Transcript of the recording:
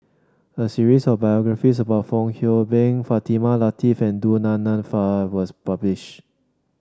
a series of biographies about Fong Hoe Beng Fatimah Lateef and Du Nan Nanfa was published